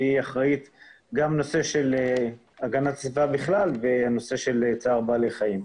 שאחראית על נושא הגנת הסביבה בכלל וגם על נושא צער בעלי חיים.